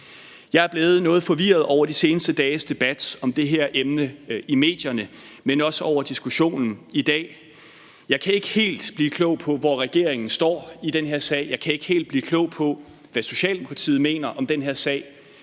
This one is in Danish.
Jeg er blevet noget forvirret over de seneste dages debat om det her emne i medierne, men også over diskussionen i dag. Jeg kan ikke helt blive klog på, hvor regeringen står i den her sag. Jeg kan ikke helt blive klog på, hvad Socialdemokratiet mener om den her sag.